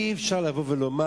אי-אפשר לבוא ולומר: